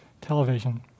television